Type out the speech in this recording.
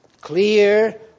clear